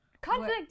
Conflict